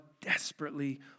desperately